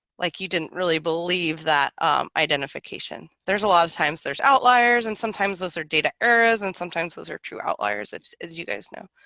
like you didn't really believe that identification there's a lot of times there's outliers and sometimes those are data errors and sometimes those are true outliers as you guys know